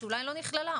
שאולי לא נכללה,